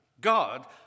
God